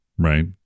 Right